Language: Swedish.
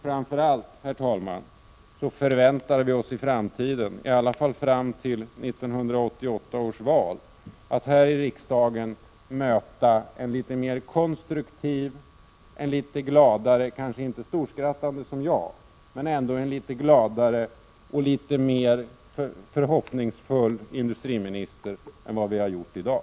Framför allt, herr talman, förväntar vi oss i framtiden —i alla fall fram till 1988 års val — att här i riksdagen möta en industriminister som är något mera konstruktiv, gladare, om än inte storskrattande som jag, men litet mera förhoppningsfull än han varit i dag.